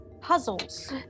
puzzles